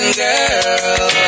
girl